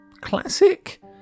classic